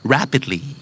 Rapidly